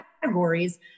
categories